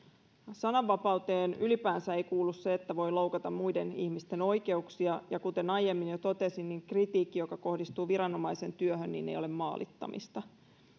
sananvapauteen ylipäänsä ei kuulu se että voi loukata muiden ihmisten oikeuksia ja kuten aiemmin jo totesin niin kritiikki joka kohdistuu viranomaisen työhön ei ole maalittamista